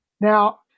Now